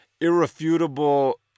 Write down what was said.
irrefutable